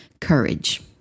courage